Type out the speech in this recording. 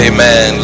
Amen